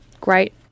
Great